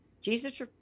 jesus